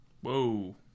Whoa